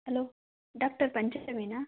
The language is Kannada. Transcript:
hello doctor ಪಂಚಮಿನ